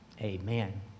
Amen